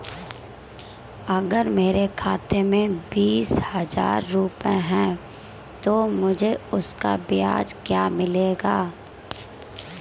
अगर मेरे खाते में बीस हज़ार रुपये हैं तो मुझे उसका ब्याज क्या मिलेगा?